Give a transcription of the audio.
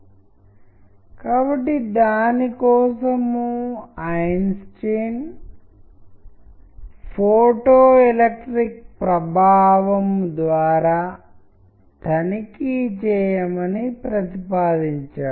మరోవైపు మనకు మరణం యొక్క సంభాషణ యొక్క మూలకం కేవలం పదాలు మాత్రమే ఉంటే మరియు అది అతనికి ఎంత నిరాశపరిచింది లేదా అతను ఆమెను చంపడానికి దారితీసింది అనేవి ఇక్కడ ప్రతిబింబించవు